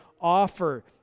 offer